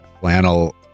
flannel